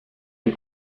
est